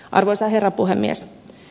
arvoisa herra puhemies